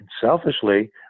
selfishly